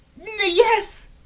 Yes